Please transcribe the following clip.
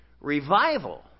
Revival